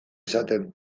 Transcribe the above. izaten